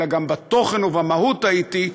אלא גם בתוכן ובמהות טעיתי,